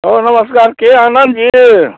हाँ नमस्कार के आनन्द जी